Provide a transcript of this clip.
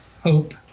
hope